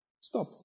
Stop